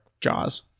jaws